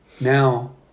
Now